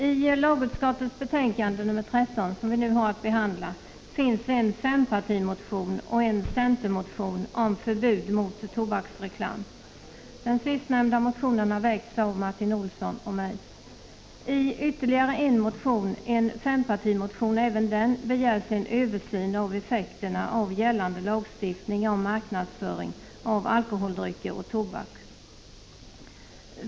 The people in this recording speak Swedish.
I lagutskottets betänkande nr 13, som vi nu har att debattera, behandlas en fempartimotion och en centermotion om förbud mot tobaksreklam. Den sistnämnda motionen har väckts av Martin Olsson och mig. I ytterligare en motion — en fempartimotion även den — begärs en översyn av effekterna av gällande lagstiftning om marknadsföring av alkoholdrycker och tobak.